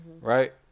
right